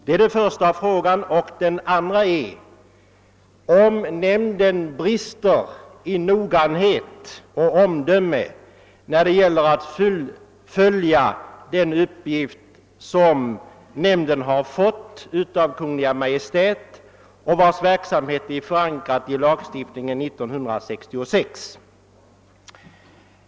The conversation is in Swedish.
Kan man då säga att nämnden brister i noggrannhet och omdöme när det gäller att fullgöra den uppgift som den har fått av Kungl. Maj:t och som är förankrad i lagstiftningen av år 1966?